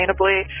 sustainably